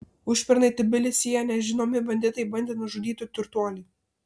užpernai tbilisyje nežinomi banditai bandė nužudyti turtuolį